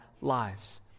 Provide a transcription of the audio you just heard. lives